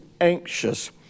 anxious